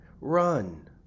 run